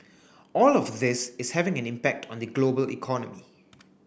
all of this is having an impact on the global economy